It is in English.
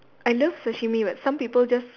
I love sashimi were some people just